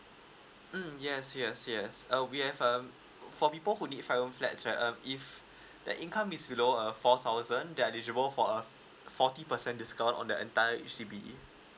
mm yes yes yes err we have um for people who need five room flats right uh if their income is below err four thousand they're entitle for a forty percent discount on the entire H_D_B